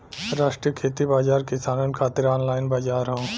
राष्ट्रीय खेती बाजार किसानन खातिर ऑनलाइन बजार हौ